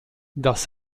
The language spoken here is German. das